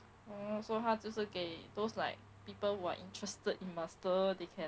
oh so 他就是给 those like people who are interested in master they can